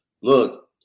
Look